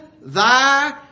thy